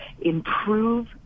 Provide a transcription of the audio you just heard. improve